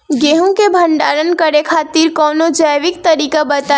गेहूँ क भंडारण करे खातिर कवनो जैविक तरीका बताईं?